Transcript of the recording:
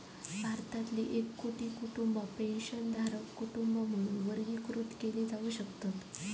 भारतातील एक कोटी कुटुंबा पेन्शनधारक कुटुंबा म्हणून वर्गीकृत केली जाऊ शकतत